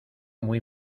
muy